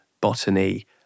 botany